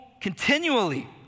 continually